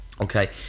Okay